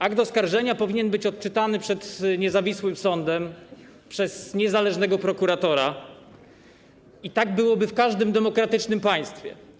Akt oskarżenia powinien być odczytany przed niezawisłym sądem przez niezależnego prokuratora i tak byłoby w każdym demokratycznym państwie.